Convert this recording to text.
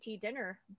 dinner